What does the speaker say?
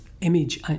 image